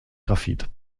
graphit